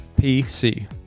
PC